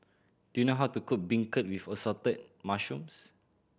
do you know how to cook beancurd with Assorted Mushrooms